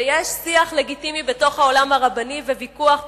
ויש שיח לגיטימי בתוך העולם הרבני וויכוח פנימי,